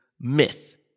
myth